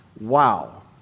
Wow